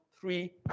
three